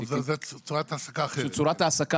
זו צורת העסקה אחרת.